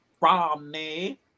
Romney